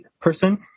person